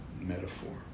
metaphor